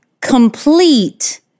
Complete